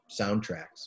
soundtracks